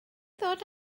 ddod